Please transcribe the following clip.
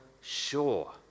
sure